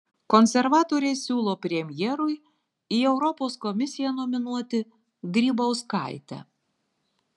konservatoriai siūlo premjerui į europos komisiją nominuoti grybauskaitę